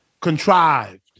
contrived